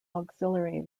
auxiliary